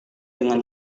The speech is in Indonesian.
dengan